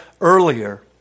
earlier